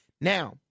Now